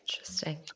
Interesting